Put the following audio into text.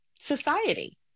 society